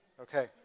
Okay